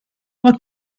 what